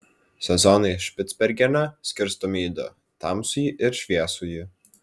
sezonai špicbergene skirstomi į du tamsųjį ir šviesųjį